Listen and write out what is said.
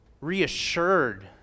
reassured